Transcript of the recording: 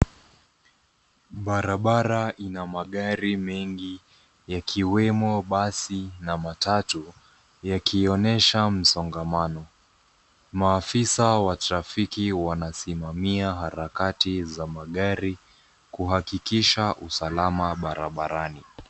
Barabara ina magari mengi, yakiwemo basi na matatu, yakionyesha msongamano. Maafisa wa trafiki wanasimamia harakati za magari, kuhakikisha usalama barabarani.